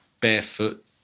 barefoot